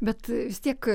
bet vis tiek